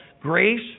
grace